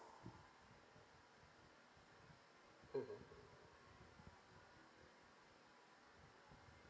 mmhmm